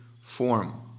form